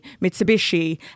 Mitsubishi